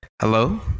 Hello